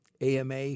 AMA